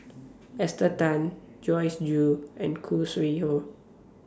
Esther Tan Joyce Jue and Khoo Sui Hoe